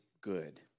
good